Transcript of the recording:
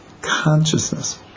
consciousness